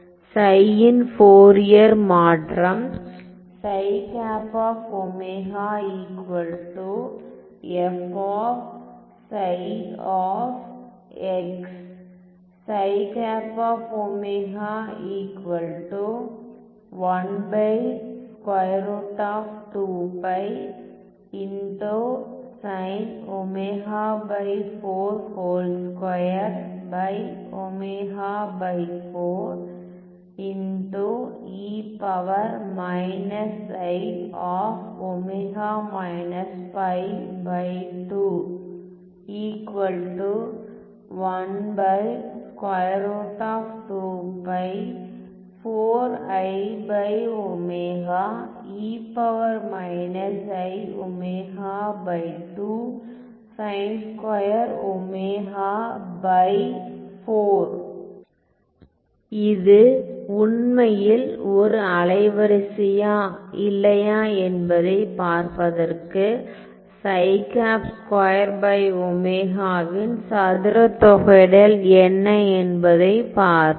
ψ இன் ஃபோரியர் மாற்றம் இது உண்மையில் ஒரு அலைவரிசையா இல்லையா என்பதைப் பார்ப்பதற்கு இன் சதுர தொகையிடல் என்ன என்பதை பார்ப்போம்